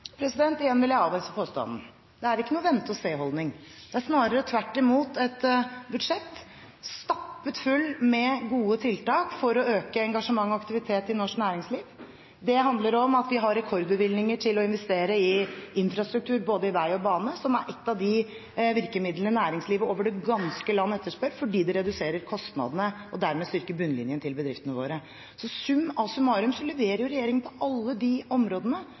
Igjen vil jeg avvise påstanden. Det er ikke noen vente og se-holdning. Det er snarere tvert imot et budsjett stappfullt av gode tiltak for å øke engasjementet og aktiviteten i norsk næringsliv. Det handler om at vi investerer rekordbevilgninger i infrastruktur, både i vei og bane, som er et av de virkemidlene næringslivet over det ganske land etterspør fordi det reduserer kostnadene, og dermed styrker bunnlinjen til bedriftene våre. Så summa summarum leverer regjeringen på alle de områdene